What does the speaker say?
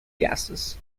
gases